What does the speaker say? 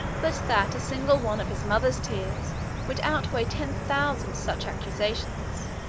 but that a single one of his mother's tears would outweigh ten thousand such accusations.